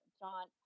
John